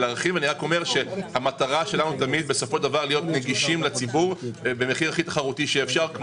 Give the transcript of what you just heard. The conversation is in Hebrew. אני אומר שהמטרה שלנו היא להיות נגישים לציבור במחיר הכי תחרותי שאפשר.